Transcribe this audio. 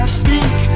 speak